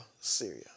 Syria